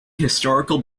historical